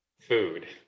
food